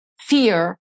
fear